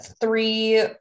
three